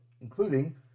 Including